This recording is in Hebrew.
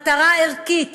מטרה ערכית,